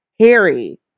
Harry